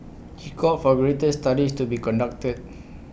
he called for greater studies to be conducted